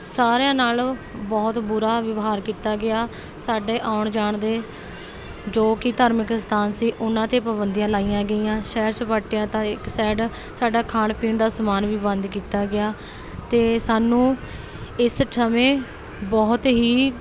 ਸਾਰਿਆਂ ਨਾਲੋਂ ਬਹੁਤ ਬੁਰਾ ਵਿਵਹਾਰ ਕੀਤਾ ਗਿਆ ਸਾਡੇ ਆਉਣ ਜਾਣ ਦੇ ਜੋ ਕਿ ਧਾਰਮਿਕ ਅਸਥਾਨ ਸੀ ਉਹਨਾਂ 'ਤੇ ਪਾਬੰਦੀਆਂ ਲਾਈਆਂ ਗਈਆਂ ਸੈਰ ਸਪਾਟਿਆਂ ਤਾਂ ਇੱਕ ਸਾਈਡ ਸਾਡਾ ਖਾਣ ਪੀਣ ਦਾ ਸਮਾਨ ਵੀ ਬੰਦ ਕੀਤਾ ਗਿਆ ਅਤੇ ਸਾਨੂੰ ਇਸ ਸਮੇਂ ਬਹੁਤ ਹੀ